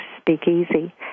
Speakeasy